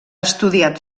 estudiat